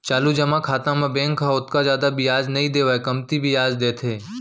चालू जमा खाता म बेंक ह ओतका जादा बियाज नइ देवय कमती बियाज देथे